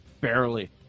barely